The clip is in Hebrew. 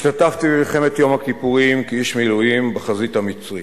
השתתפתי במלחמת יום הכיפורים כאיש מילואים בחזית המצרית.